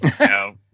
No